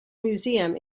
museum